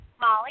Molly